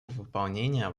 выполнения